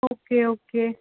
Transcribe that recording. okay okay